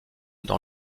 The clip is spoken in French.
dans